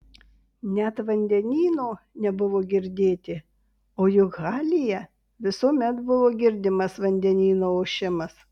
net vandenyno nebuvo girdėti o juk halyje visuomet buvo girdimas vandenyno ošimas